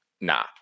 Nah